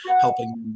helping